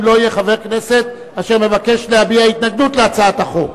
אם לא יהיה חבר כנסת שמבקש להביע התנגדות להצעת החוק.